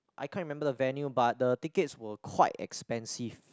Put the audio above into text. I can't remember the venue but the tickets were quite expensive